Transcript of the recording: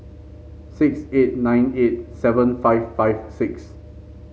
six eight nine eight seven five five six